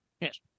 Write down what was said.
Yes